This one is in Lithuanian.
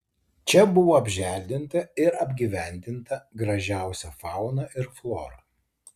čia buvo apželdinta ir apgyvendinta gražiausia fauna ir flora